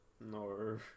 No